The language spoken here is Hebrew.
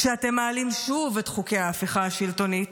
כשאתם מעלים שוב את חוקי ההפיכה השלטונית,